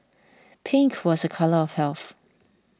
pink was a colour of health